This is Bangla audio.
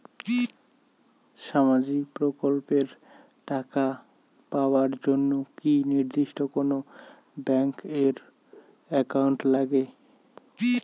সামাজিক প্রকল্পের টাকা পাবার জন্যে কি নির্দিষ্ট কোনো ব্যাংক এর একাউন্ট লাগে?